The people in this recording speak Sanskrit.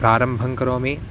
प्रारम्भं करोमि